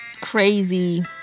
crazy